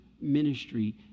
ministry